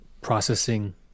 processing